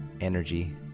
energy